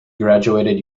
graduated